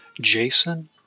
Jason